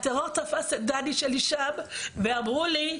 הטרור תפס את דני שלי שם ואמרו לי,